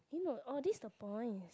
eh no orh this is the points